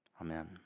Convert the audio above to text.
Amen